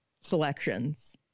selections